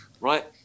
right